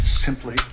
simply